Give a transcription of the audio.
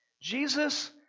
Jesus